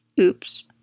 Oops